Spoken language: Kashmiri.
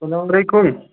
اسلام علیکُم